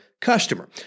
customer